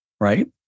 right